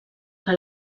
que